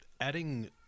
adding